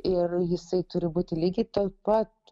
ir jisai turi būti lygiai taip pat